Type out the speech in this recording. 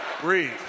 Breathe